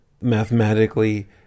Mathematically